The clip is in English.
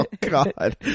God